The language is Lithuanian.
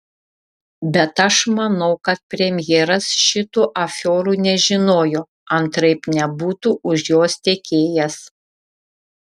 bet aš manau kad premjeras šitų afiorų nežinojo antraip nebūtų už jos tekėjęs